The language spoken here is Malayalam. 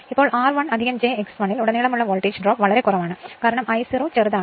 ഇപ്പോൾ R1 j X1 ൽ ഉടനീളമുള്ള വോൾട്ടേജ് ഡ്രോപ്പ് വളരെ കുറവാണ് കാരണം I0 വളരെ ചെറുതാണ്